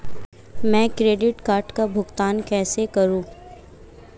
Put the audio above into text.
मैं credit card bill का भुगतान कैसे करूं?